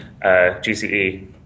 GCE